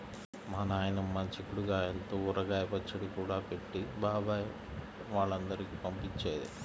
మా నాయనమ్మ చిక్కుడు గాయల్తో ఊరగాయ పచ్చడి కూడా పెట్టి బాబాయ్ వాళ్ళందరికీ పంపించేది